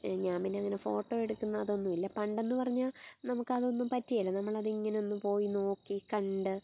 ഞാൻ പിന്നെ അങ്ങനെ ഫോട്ടോ എടുക്കുന്നതൊന്നും ഇല്ല പണ്ടെന്ന് പറഞ്ഞാൽ നമുക്കതൊന്നും പറ്റുകേല നമ്മളതിങ്ങനെ ഒന്ന് പോയി നോക്കി കണ്ട്